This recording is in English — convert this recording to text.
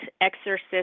exorcist